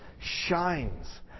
shines